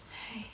!hais!